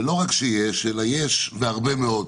ולא רק שיש, אלא יש והרבה מאוד.